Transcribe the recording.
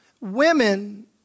Women